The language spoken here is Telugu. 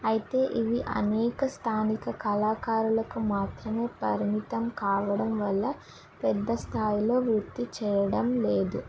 అయితే ఇవి అనేక స్థానిక కళాకారులకు మాత్రమే పరిమితం కావడం వల్ల పెద్ద స్థాయిలో వృత్తి చేయడం లేదు